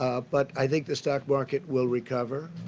but i think the stock market will recover.